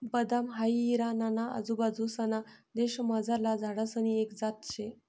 बदाम हाई इराणा ना आजूबाजूंसना देशमझारला झाडसनी एक जात शे